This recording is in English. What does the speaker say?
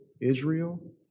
Israel